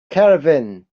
caravan